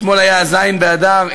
אתמול היה ז' באדר,